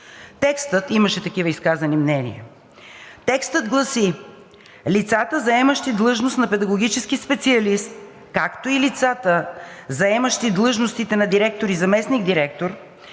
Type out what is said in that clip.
Текстът – имаше такива изказани мнения, гласи: „Лицата, заемащи длъжност на педагогически специалист, както и лицата, заемащи длъжностите на директор и заместник-директор,